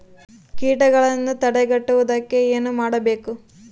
ಕೇಟಗಳನ್ನು ತಡೆಗಟ್ಟುವುದಕ್ಕೆ ಏನು ಮಾಡಬೇಕು?